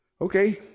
Okay